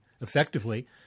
effectively